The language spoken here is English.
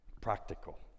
Practical